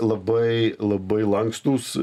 labai labai lankstūs